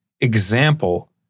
example